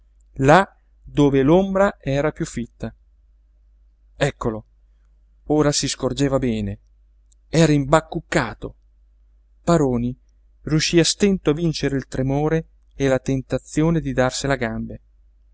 là dove l'ombra era piú fitta eccolo ora si scorgeva bene era imbacuccato paroni riuscí a stento a vincere il tremore e la tentazione di darsela a gambe